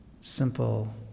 simple